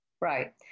Right